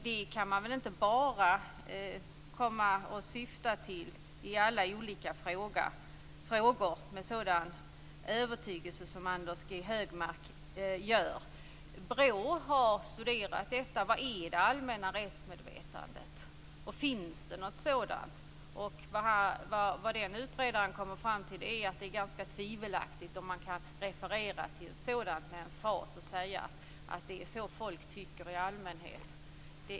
Det kan man väl inte bara syfta på i alla olika frågor med sådan övertygelse, som Anders G Högmark gör. BRÅ har studerat detta: Vad är det allmänna rättsmedvetandet? Finns det något sådant? Utredaren kommer fram till att det är ganska tvivelaktigt om man kan referera till ett sådant med emfas och säga att det är så folk tycker i allmänhet.